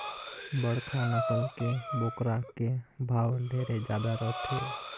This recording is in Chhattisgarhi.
बड़खा नसल के बोकरा के भाव ढेरे जादा रथे